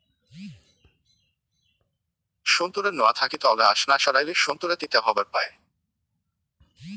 সোন্তোরার নোয়া থাকি ধওলা আশ না সারাইলে সোন্তোরা তিতা হবার পায়